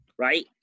right